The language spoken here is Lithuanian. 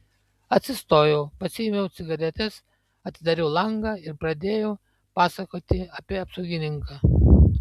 atsistojau pasiėmiau cigaretes atidariau langą ir pradėjau pasakoti apie apsaugininką